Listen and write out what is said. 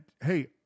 hey